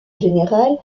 général